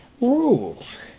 rules